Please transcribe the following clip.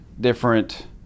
different